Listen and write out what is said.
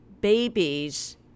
babies